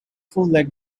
full